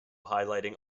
highlighting